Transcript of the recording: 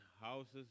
houses